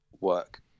work